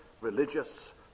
religious